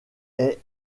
est